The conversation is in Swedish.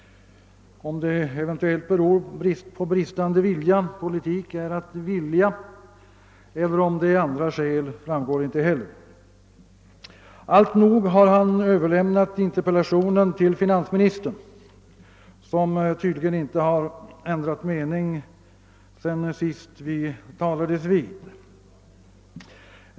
Om det beror på bristande vilja — politik är att vilja — eller på andra skäl framgår inte heller. Allt nog, han har överlämnat interpellationen till finansministern som tydligen inte har ändrat mening sedan november förra året.